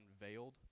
unveiled